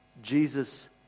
Jesus